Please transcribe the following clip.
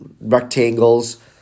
rectangles